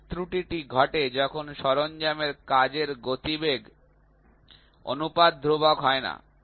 এই ত্রুটিটি ঘটে যখন সরঞ্জামের কাজের গতিবেগ অনুপাত ধ্রুবক হয় না